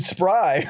Spry